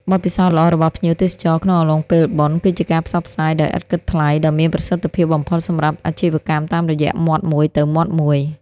បទពិសោធន៍ល្អរបស់ភ្ញៀវទេសចរក្នុងអំឡុងពេលបុណ្យ គឺជាការផ្សព្វផ្សាយដោយឥតគិតថ្លៃដ៏មានប្រសិទ្ធភាពបំផុតសម្រាប់អាជីវកម្មតាមរយៈមាត់មួយទៅមាត់មួយ។